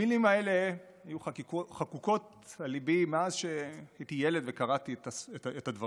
המילים האלה חקוקות על ליבי מאז שהייתי ילד וקראתי את הדברים,